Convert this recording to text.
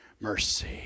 mercy